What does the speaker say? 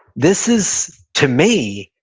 this is, to me,